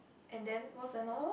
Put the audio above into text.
and then what's another